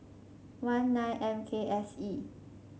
one nine M K S E